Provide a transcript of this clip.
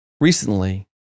Recently